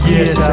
Yes